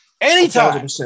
Anytime